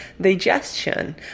digestion